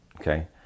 okay